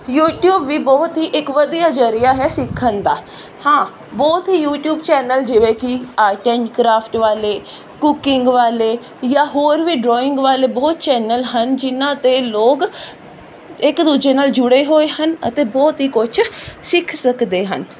YouTube ਵੀ ਬਹੁਤ ਹੀ ਇੱਕ ਵਧੀਆ ਜ਼ਰੀਆ ਹੈ ਸਿੱਖਣ ਦਾ ਹਾਂ ਬਹੁਤ ਯੂਟਿਊਬ ਚੈਨਲ ਜਿਵੇਂ ਕਿ ਆਰਟ ਐਂਡ ਕਰਾਫਟ ਵਾਲੇ ਕੁਕਿੰਗ ਵਾਲੇ ਜਾਂ ਹੋਰ ਵੀ ਡਰਾਇੰਗ ਵਾਲੇ ਬਹੁਤ ਚੈਨਲ ਲੋਕ ਇੱਕ ਦੂਜੇ ਨਾਲ ਜੁੜੇ ਹੋਏ ਹਨ ਅਤੇ ਬਹੁਤ ਹੀ ਕੁਛ ਸਿੱਖ ਸਕਦੇ ਹਨ